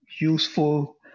useful